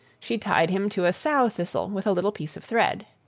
she tied him to a sow-thistle with a little piece of thread.